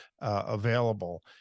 available